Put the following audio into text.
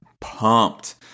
pumped